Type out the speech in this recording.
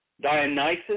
Dionysus